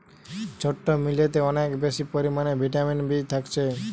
ছোট্ট মিলেতে অনেক বেশি পরিমাণে ভিটামিন বি থাকছে